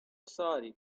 sorry